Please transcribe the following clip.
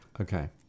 Okay